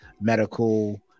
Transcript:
medical